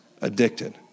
addicted